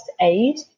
Aid